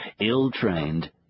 ill-trained